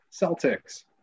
Celtics